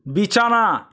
বিছানা